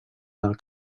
del